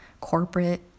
corporate